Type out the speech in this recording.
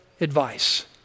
advice